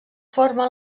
forma